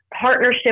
partnership